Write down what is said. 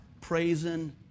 praising